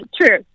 true